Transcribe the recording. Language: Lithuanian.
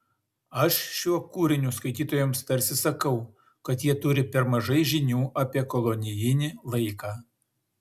aš šiuo kūriniu skaitytojams tarsi sakau kad jie turi per mažai žinių apie kolonijinį laiką